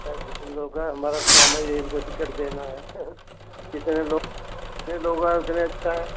बस तुम लोग आओ हमारा काम ही यही हमको टिकेट देना है कितने लोग जितने लोग आएँ उतने अच्छा है